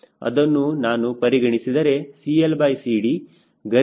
ಅದನ್ನು ನಾನು ಪರಿಗಣಿಸಿದರೆ CLCD ಗರಿಷ್ಠ LD 0